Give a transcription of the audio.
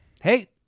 hey